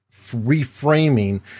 reframing